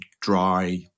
dry